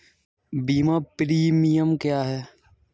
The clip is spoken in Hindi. बीमा प्रीमियम क्या है?